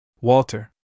Walter